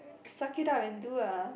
suck it up and do ah